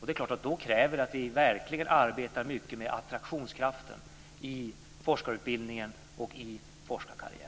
för. Då krävs det att vi verkligen arbetar mycket med attraktionskraften i forskarutbildningen och i forskarkarriären.